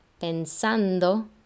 pensando